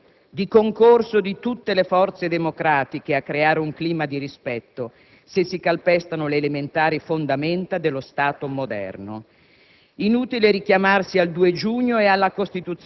parlare di "Religione civile", di concorso di tutte le forze democratiche a creare un clima di rispetto, se si calpestano le elementari fondamenta dello Stato moderno.